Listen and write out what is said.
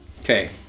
Okay